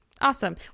Awesome